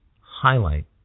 highlight